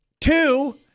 Two